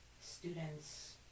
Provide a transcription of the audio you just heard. students